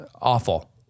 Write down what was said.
awful